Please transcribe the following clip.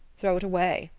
throw it away.